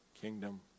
kingdom